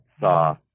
saw